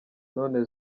none